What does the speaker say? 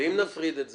ואם נפריד את זה?